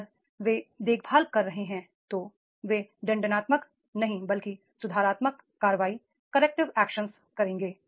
अगर वे देखभाल कर रहे हैं तो वे दंडात्मक नहीं बल्कि सुधारात्मक कार्रवाई करेंगे